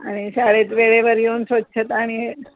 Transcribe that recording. आणि शाळेत वेळेवर येऊन स्वच्छता आणि हे